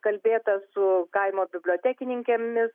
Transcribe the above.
kalbėta su kaimo bibliotekininkėmis